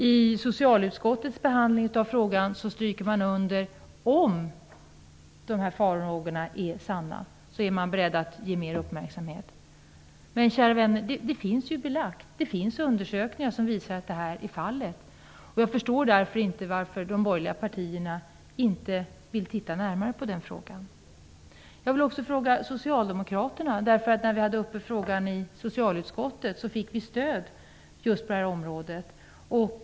I socialutskottets behandling av frågan understryker man att om dessa farhågor är besannade är man beredd att ge frågan större uppmärksamhet. Men, kära vänner, det finns ju belagt genom undersökningar att detta är fallet. Jag förstår därför inte varför de borgerliga partierna inte vill titta närmare på frågan. Jag vill också ställa en fråga till socialdemokraterna. När frågan behandlades i socialutskottet fick vi stöd av socialdemokraterna.